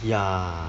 ya